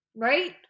right